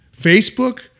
Facebook